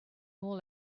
all